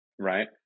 right